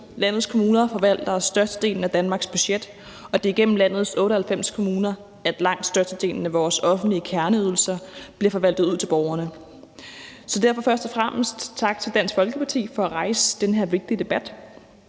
Landets kommuner forvalter størstedelen af Danmarks budget, og det er gennem landets 98 kommuner, at langt størstedelen af vores offentlige kerneydelser bliver forvaltet ud til borgerne. Derfor vil jeg først og fremmest sige: Tak til Dansk Folkeparti for at rejse den her vigtige debat.